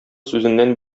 сүзеннән